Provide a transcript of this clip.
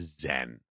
Zen